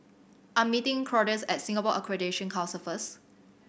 I'm meeting Claudius at Singapore Accreditation Council first